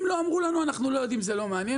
אם לא אמרו לנו, אנחנו לא יודעים וזה לא מעניין.